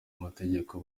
amategeko